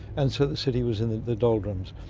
and so the city was in the the doldrums.